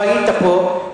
לא היית פה,